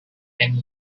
and